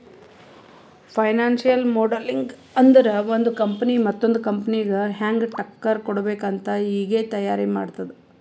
financial modelling ಅಂದುರ್ ಒಂದು company ಮತ್ತೊಂದ್ ಕಂಪನಿಗ ಹ್ಯಾಂಗ್ ಟಕ್ಕರ್ ಕೊಡ್ಬೇಕ್ ಅಂತ್ ಈಗೆ ತೈಯಾರಿ ಮಾಡದ್ದ್